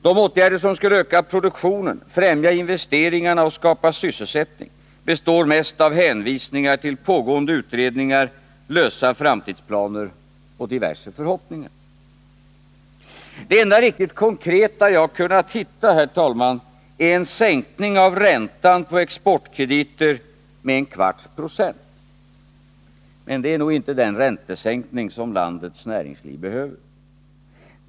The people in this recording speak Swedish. De åtgärder som skulle öka produktionen, främja investeringarna och skapa sysselsättning består mest av hänvisningar till pågående utredningar, lösa framtidsplaner och diverse förhoppningar. Det enda riktigt konkreta som jag har kunnat hitta, herr talman, är en sänkning av räntan på exportkrediter med en kvarts procent. Men det är nog inte den räntesänkning som landets näringsliv behöver.